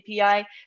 API